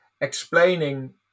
explaining